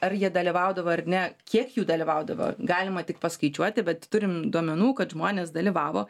ar jie dalyvaudavo ar ne kiek jų dalyvaudavo galima tik paskaičiuoti bet turim duomenų kad žmonės dalyvavo